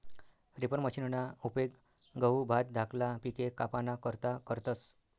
reaper मशिनना उपेग गहू, भात धाकला पिके कापाना करता करतस